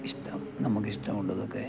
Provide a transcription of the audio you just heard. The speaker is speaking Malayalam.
ഇഷ്ടം നമുക്ക് ഇഷ്ടമുള്ളതൊക്കെ